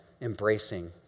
embracing